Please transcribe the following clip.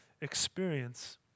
experience